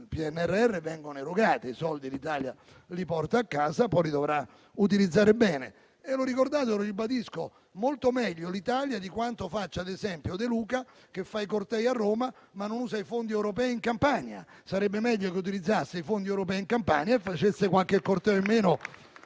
PNRR vengono erogate, i soldi l'Italia li porta a casa, poi li dovrà utilizzare bene. L'ho ricordato e lo ribadisco: fa molto meglio l'Italia di quanto faccia, ad esempio, De Luca che fa i cortei a Roma, ma non usa i fondi europei in Campania. Sarebbe meglio che utilizzasse i fondi europei in Campania e facesse qualche corteo in meno